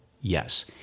Yes